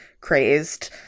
crazed